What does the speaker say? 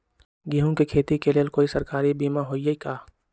गेंहू के खेती के लेल कोइ सरकारी बीमा होईअ का?